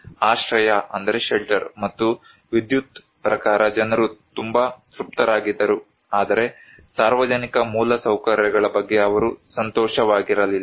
ಆಶ್ರಯ ಮತ್ತು ವಿದ್ಯುತ್ ಪ್ರಕಾರ ಜನರು ತುಂಬಾ ತೃಪ್ತರಾಗಿದ್ದರು ಆದರೆ ಸಾರ್ವಜನಿಕ ಮೂಲಸೌಕರ್ಯಗಳ ಬಗ್ಗೆ ಅವರು ಸಂತೋಷವಾಗಿರಲಿಲ್ಲ